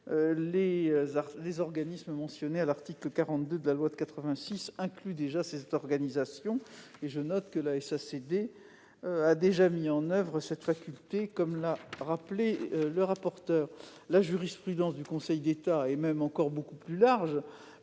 les organismes mentionnés à l'article 42 de la loi de 1986 incluent bien ces organisations. J'observe d'ailleurs que la SACD a déjà mis en oeuvre cette faculté, comme l'a rappelé M. le rapporteur. La jurisprudence du Conseil d'État est encore plus large,